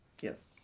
Yes